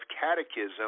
Catechism